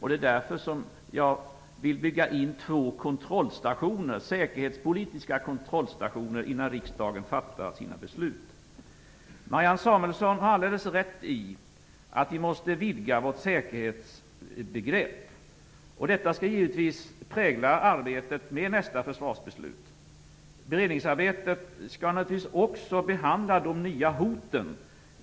Det är därför som jag vill bygga in två säkerhetspolitiska kontrollstationer innan riksdagen fattar sina beslut. Marianne Samuelsson har alldeles rätt i att vi måste vidga vårt säkerhetsbegrepp. Detta skall givetvis prägla arbetet med nästa försvarsbeslut. Beredningsarbetet skall naturligtvis också behandla de nya hoten.